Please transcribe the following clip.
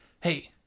Hey